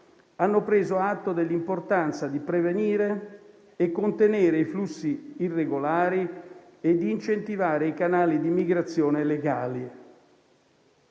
hanno preso atto dell'importanza di prevenire e contenere i flussi irregolari e di incentivare i canali di migrazione legali.